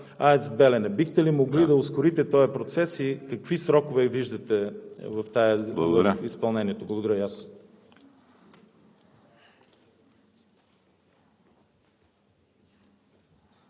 „Белене“? Бихте ли могли да ускорите този процес и в какви срокове виждате изпълнението? Благодаря.